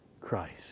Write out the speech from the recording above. Christ